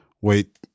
wait